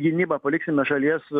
gynybą palikime šalies